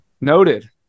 Noted